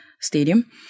Stadium